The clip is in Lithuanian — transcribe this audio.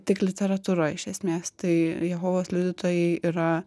tik literatūroj iš esmės tai jehovos liudytojai yra